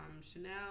Chanel